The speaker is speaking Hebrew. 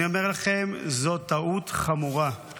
אני אומר לכם, זאת טעות חמורה.